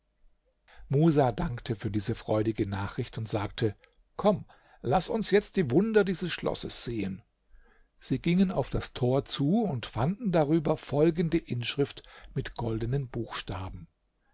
musa dankte für diese freudige nachricht und sagte komm laß uns jetzt die wunder dieses schlosses sehen sie gingen auf das tor zu und fanden darüber folgende inschrift mit goldenen buchstaben